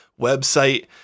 website